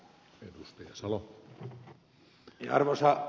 arvoisa herra puhemies